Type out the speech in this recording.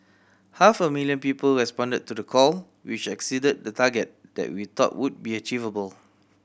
half a million people responded to the call which exceeded the target that we thought would be achievable